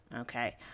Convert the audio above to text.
Okay